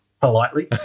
politely